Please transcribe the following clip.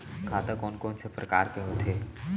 खाता कोन कोन से परकार के होथे?